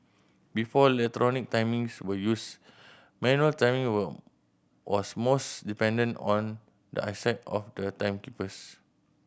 before timings we used manual timing were was most dependent on the eyesight of the timekeepers